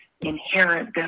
inherent